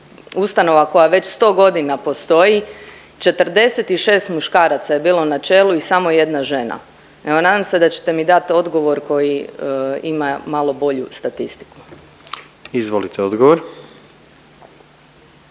koja već 100.g. postoji, 46 muškaraca je bilo na čelu i samo 1 žena. Evo nadam se da ćete mi dat odgovor koji ima malo bolju statistiku. **Jandroković,